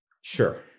Sure